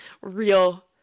Real